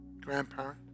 grandparent